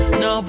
no